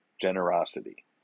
generosity